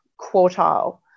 quartile